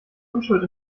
unschuld